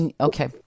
Okay